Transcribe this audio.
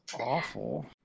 awful